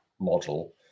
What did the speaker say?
model